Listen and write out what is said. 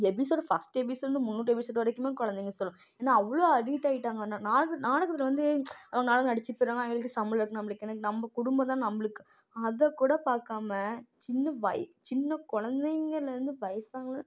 episode first எபிசோடுலேருந்து முந்நூறு episode வரைக்குமே குழந்தைங்க சொல்லும் ஏன்னால் அவ்வளோ அடிட் ஆகிட்டாங்க நாடகத்தில் நாடகத்தில் வந்து நாடகம் நடித்துப் போகிறாங்க அவங்களுக்கு சம்பளம் வருது நம்மளுக்கு என்னேங்க நம்ம குடும்பம் தான் நம்மளுக்கு அதைக்கூட பார்க்காம சின்ன வயசு சின்ன குழந்தைங்கலேருந்து வயசானவங்க